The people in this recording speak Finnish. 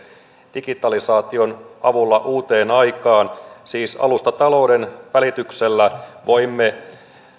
digitalisaation avulla uuteen aikaan siis alustatalouden välityksellä voimme